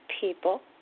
people